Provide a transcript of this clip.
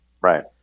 Right